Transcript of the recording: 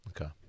Okay